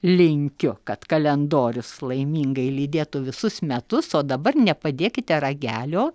linkiu kad kalendorius laimingai lydėtų visus metus o dabar nepadėkite ragelio